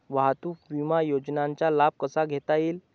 वाहतूक विमा योजनेचा लाभ कसा घेता येईल?